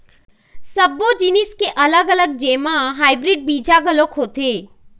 सब्बो जिनिस के अलग अलग जेमा हाइब्रिड बीजा घलोक होथे